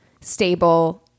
stable